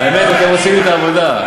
האמת, אתם עושים לי את העבודה.